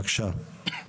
בבקשה.